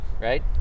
right